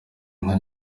nka